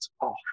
off